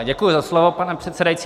Děkuji za slovo, pane předsedající.